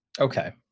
Okay